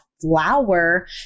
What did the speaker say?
flower